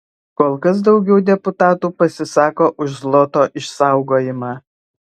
kol kas daugiau deputatų pasisako už zloto išsaugojimą